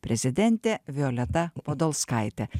prezidentė violeta podolskaitė